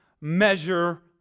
measure